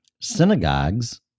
synagogues